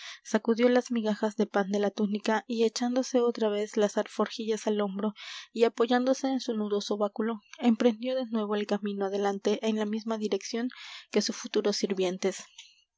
sacudió las migajas de pan de la túnica y echándose otra vez las alforjillas al hombro y apoyándose en su nudoso báculo emprendió de nuevo el camino adelante en la misma dirección que sus futuros sirvientes